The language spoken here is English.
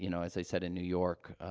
you know, as i said in new york,